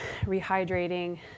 rehydrating